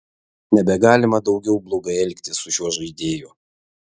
nebegalima daugiau blogai elgtis su šiuo žaidėju